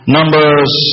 Numbers